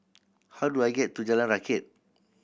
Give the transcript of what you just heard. how do I get to Jalan Rakit